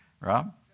Rob